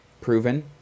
proven